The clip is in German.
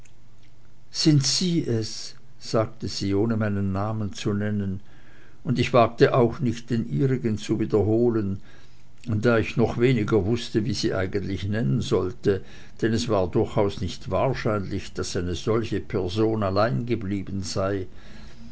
sind sie es sagte sie ohne meinen namen zu nennen und ich wagte auch nicht den ihrigen zu wiederholen da ich noch weniger wußte wie ich sie eigentlich nennen sollte denn es war durchaus nicht wahrscheinlich daß eine solche person allein geblieben sei